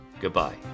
goodbye